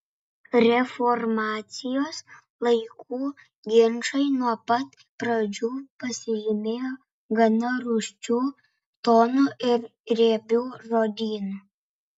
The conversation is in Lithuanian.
reformacijos laikų ginčai nuo pat pradžių pasižymėjo gana rūsčiu tonu ir riebiu žodynu